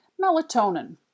Melatonin